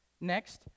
Next